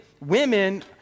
women